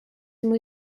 muy